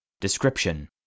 Description